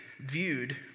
viewed